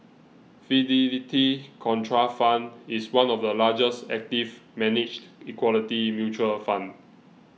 Fidelity Contrafund is one of the largest active managed equity mutual fund